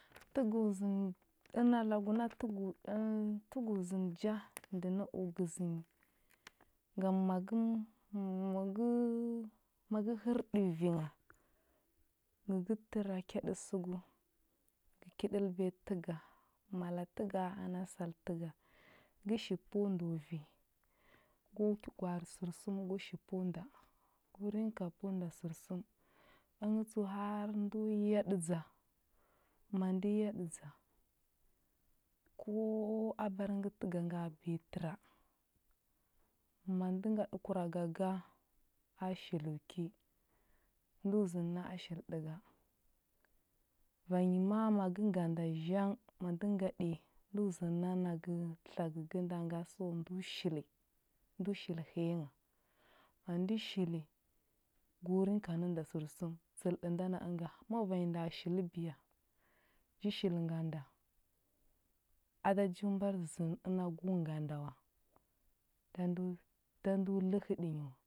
Təgo zəni ana lagu na təgo ɗa təgo zənə ja ndə na o gəzə nyi. Ngam ma gə hərɗə vi ngha, ngə gə təra kyaɗə sugu, ga ki ɗəlbiya təga, mala təga ana sal təga gə shi pəu ndo vi. Gə ki gwarə sərsum gə shi pəu nda. Gə rinka pəu nda sərsum. Əngə tsəu har ndo yaɗədza. Ma ndə yaɗədza, ko- abar ngə təga nga biya təra, ma ndə ngaɗə kuraga ga a shilo ki, ndo zənə na a shili ɗə ga. Vanyi ma a ma gə nga nda zhang, ma ndə ndaɗi. ndo zənə nagə tlagə gə nda nga so ndo shili. Ndo shili həya ngha, ma ndə shili, go rinka nə nda sərsum, tsəlɗə nda na ənga. Ma vanya nda shili biya, nji shil nga nda, a da jo mbar zənə ənda go nga nda wa, nda ndo nda ndo ləhəɗə nyi wa.